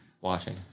watching